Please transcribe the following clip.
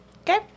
okay